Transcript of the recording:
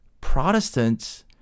Protestants